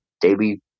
daily